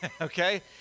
Okay